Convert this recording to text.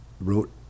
wrote